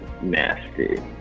nasty